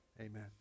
amen